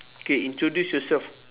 K introduce yourself